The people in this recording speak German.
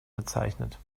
bezeichnet